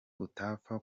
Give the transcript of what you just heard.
utapfa